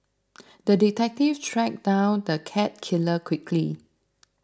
the detective tracked down the cat killer quickly